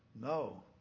No